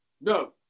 no